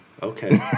Okay